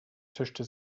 zischte